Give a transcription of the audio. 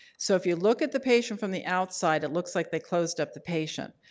so if you look at the patient from the outside it looks like they closed up the patient.